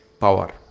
power